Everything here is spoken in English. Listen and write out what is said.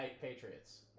Patriots